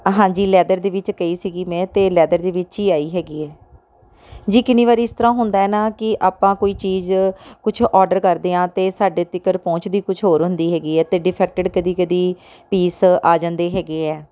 ਹਾਂਜੀ ਲੈਦਰ ਦੇ ਵਿਚ ਕਹੀ ਸੀਗੀ ਮੈਂ ਅਤੇ ਲੈਦਰ ਦੇ ਵਿੱਚ ਹੀ ਆਈ ਹੈਗੀ ਐ ਜੀ ਕਿੰਨੀ ਵਾਰੀ ਇਸ ਤਰ੍ਹਾਂ ਹੁੰਦਾ ਹੈ ਨਾ ਕਿ ਆਪਾਂ ਕੋਈ ਚੀਜ਼ ਕੁਛ ਔਡਰ ਕਰਦੇ ਹਾਂ ਅਤੇ ਸਾਡੇ ਤੀਕਰ ਪਹੁੰਚਦੀ ਕੁਛ ਹੋਰ ਹੁੰਦੀ ਹੈਗੀ ਐ ਅਤੇ ਡਿਫੈਕਟਿਡ ਕਦੀ ਕਦੀ ਪੀਸ ਆ ਜਾਂਦੇ ਹੈਗੇ ਐ